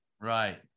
right